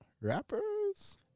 rappers